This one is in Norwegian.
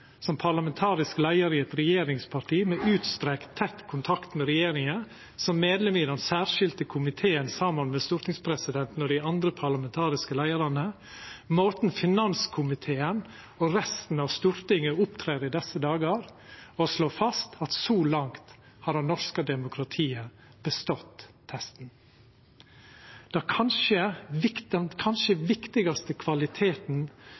som parlamentarisk leiar i eit regjeringsparti med veldig tett kontakt med regjeringa, som medlem i den særskilde komiteen saman med stortingspresidenten og dei andre parlamentariske leiarane og ut frå måten finanskomiteen og resten av Stortinget opptrer på i desse dagar, å slå fast at så langt har det norske demokratiet bestått testen. Den kanskje